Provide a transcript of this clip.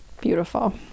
beautiful